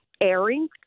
airing